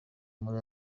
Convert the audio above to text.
muri